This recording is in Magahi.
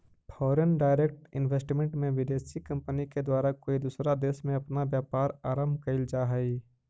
फॉरेन डायरेक्ट इन्वेस्टमेंट में विदेशी कंपनी के द्वारा कोई दूसरा देश में अपना व्यापार आरंभ कईल जा हई